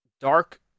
dark